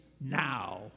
now